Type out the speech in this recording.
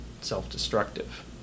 self-destructive